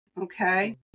okay